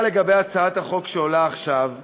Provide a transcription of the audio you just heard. אנחנו עוברים להצעת חוק משפחות חיילים שנספו במערכה (תגמולים